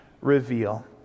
reveal